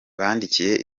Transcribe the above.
bandikiye